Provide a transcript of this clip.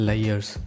Liars